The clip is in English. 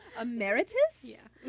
emeritus